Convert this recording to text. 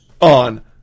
on